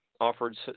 offered